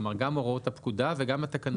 כלומר, גם הוראות הפקודה וגם התקנות.